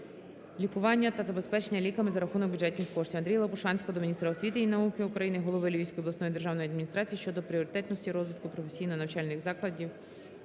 лікування та забезпечення ліками за рахунок бюджетних коштів. Андрія Лопушанського до міністра освіти і науки України, голови Львівської обласної державної адміністрації щодо пріоритетності розвитку професійно-навчальних закладів